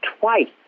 twice